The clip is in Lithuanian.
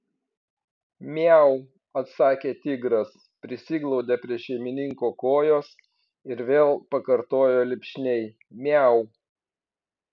miau atsakė tigras prisiglaudė prie šeimininko kojos ir vėl pakartojo lipšniai miau